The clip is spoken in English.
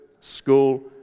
school